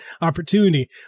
opportunity